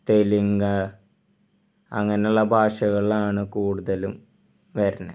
തെലുങ്ക് അങ്ങനെയുള്ള ഭാഷകളാണ് കൂടുതലും വരണേ